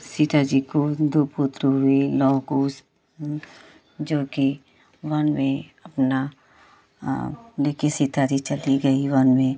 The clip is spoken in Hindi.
सीता जी को दो पुत्र हुए लव कुश जोकि वन में अपना लेकर सीता जी चली गई वन में